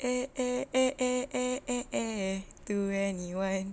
eh eh eh eh eh eh eh to anywhere